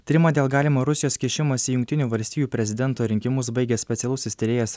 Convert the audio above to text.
tyrimą dėl galimo rusijos kišimosi į jungtinių valstijų prezidento rinkimus baigė specialusis tyrėjas